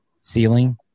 ceiling